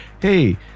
Hey